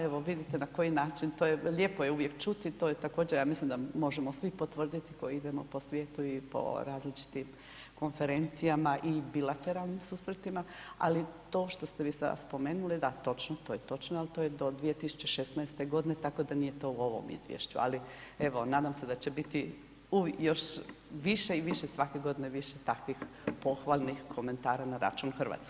Evo vidite na koji način to je, lijepo je uvijek čuti to je također ja mislim da možemo svi potvrditi koji idemo po svijetu i po različitim konferencijama i bilateralnim susretima, ali to što ste vi sada spomenuli, da točno, to je točno ali to je do 2016. godine tako da nije to u ovom izvješću, ali evo nadam se da će biti još više i više, svake godine više takvih pohvalnih komentara na račun Hrvatske.